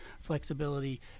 flexibility